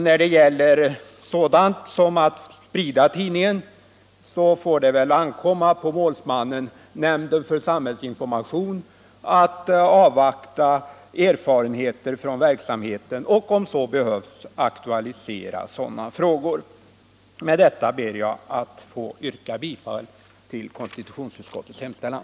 När det gäller sådant som att sprida tidningen får det ankomma på målsmannen, nämnden för samhällsinformation, att avvakta erfarenheter från verksamheten och, om så behövs, aktualisera dylika frågor. Med detta, fru talman, ber jag att få yrka bifall till konstitutionsutskottets hemställan.